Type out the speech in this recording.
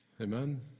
Amen